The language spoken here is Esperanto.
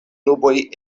nuboj